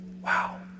wow